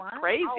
crazy